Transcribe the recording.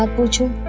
ah future